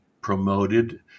promoted